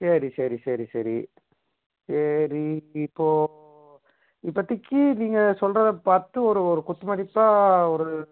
சரி சரி சரி சரி சரி இப்போது இப்போதைக்கு நீங்கள் சொல்கிறதை பார்த்து ஒரு குத்துமதிப்பாக ஒரு